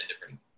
different